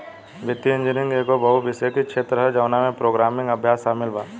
वित्तीय इंजीनियरिंग एगो बहु विषयक क्षेत्र ह जवना में प्रोग्रामिंग अभ्यास शामिल बा